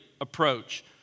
approach